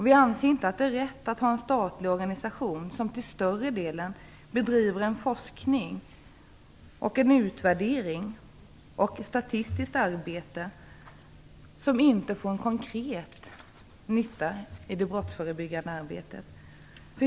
Vi anser inte att det är rätt att ha en statlig organisation som till större delen bedriver en forskning, en utvärdering och ett statistiskt arbete som inte får en konkret nytta i det brottsförebyggande arbetet.